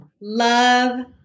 love